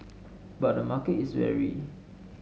but the market is wary